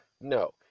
No